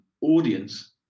audience